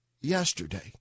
yesterday